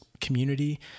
community